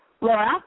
Laura